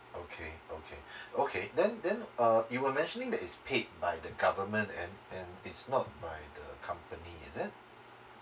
okay okay okay then then uh you were mentioning that is paid by the government and and it's not by the company is it